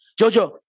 JoJo